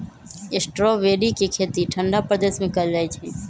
strawberry के खेती ठंडा प्रदेश में कएल जाइ छइ